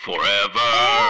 Forever